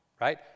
right